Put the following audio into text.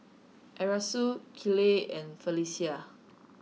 Erastus Kiley and Felecia